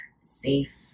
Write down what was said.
safe